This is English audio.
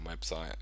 website